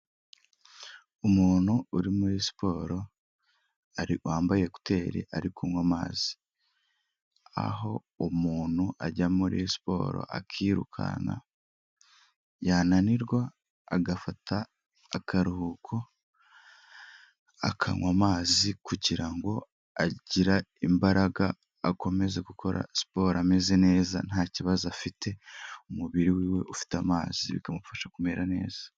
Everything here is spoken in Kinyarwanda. Umuntu uri muri siporo wambaye ekuteri ari kunywa amazi aho umuntu ajya muriyo siporo akirukanka yananirwa agafata akaruhuko akanywa amazi kugira ngo agire imbaraga akomeze gukora siporo ameze neza nta kibazo afite umubiri wiwe ufite amazi bikamufasha kumera neza.